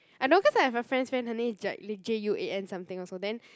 I know cause I have a friend's friend her name is Jacqueline J U A N something also then